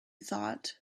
thought